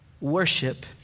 Worship